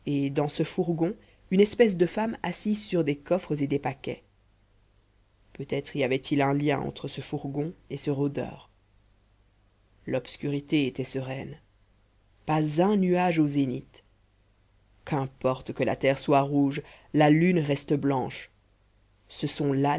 dans ce fourgon une espèce de femme assise sur des coffres et des paquets peut-être y avait-il un lien entre ce fourgon et ce rôdeur l'obscurité était sereine pas un nuage au zénith qu'importe que la terre soit rouge la lune reste blanche ce sont là